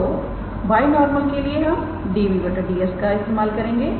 तो बायनॉर्मल के लिए हम 𝑑𝑏 𝑑𝑠 का इस्तेमाल करेंगे